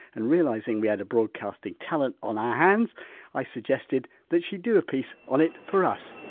and realising we had a broadcasting talent on our hands i suggested that she do a piece on it for us